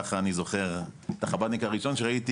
ככה אני זוכר את החב"דניק הראשון שראיתי,